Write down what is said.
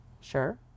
sure